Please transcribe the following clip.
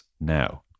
Now